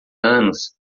anos